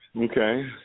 Okay